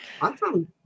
awesome